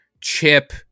chip